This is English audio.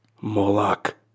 moloch